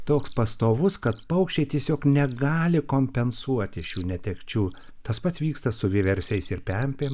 toks pastovus kad paukščiai tiesiog negali kompensuoti šių netekčių tas pats vyksta su vieversiais ir pempėm